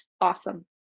awesome